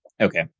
Okay